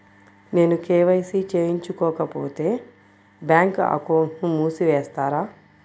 నేను కే.వై.సి చేయించుకోకపోతే బ్యాంక్ అకౌంట్ను మూసివేస్తారా?